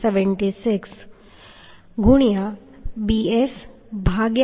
4 0